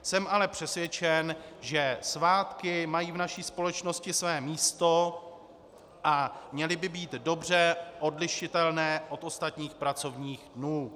Jsem ale přesvědčen, že svátky mají v naší společnosti své místo a měly by být dobře odlišitelné od ostatních pracovních dnů.